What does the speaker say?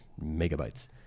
megabytes